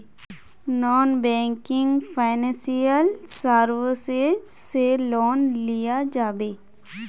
Non banking financial services से loan लिया जाबे?